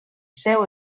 seu